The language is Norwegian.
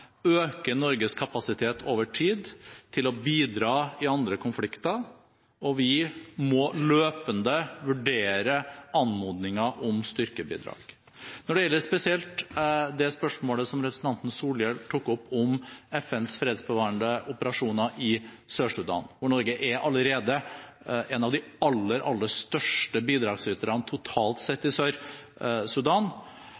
øker Norges kapasitet over tid til å bidra i andre konflikter, og vi må løpende vurdere anmodninger om styrkebidrag. Når det gjelder spesielt det spørsmålet som representanten Solhjell tok opp om FNs fredsbevarende operasjoner i Sør-Sudan – og Norge er allerede en av de aller, aller største bidragsyterne totalt